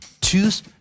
Choose